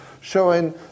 showing